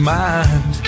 mind